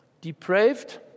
Depraved